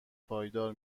پایدار